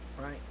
Right